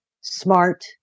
smart